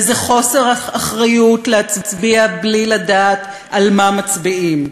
וזה חוסר אחריות להצביע בלי לדעת על מה מצביעים,